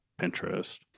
Pinterest